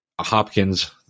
Hopkins